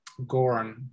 Goran